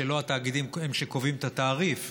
לא התאגידים הם שקובעים את התעריף,